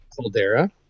caldera